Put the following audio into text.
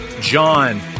John